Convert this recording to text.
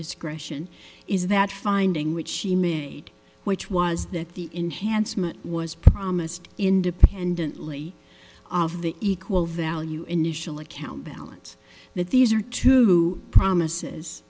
discretion is that finding which she made which was that the enhanced mut was promised independently of the equal value initial account balance that these are two promises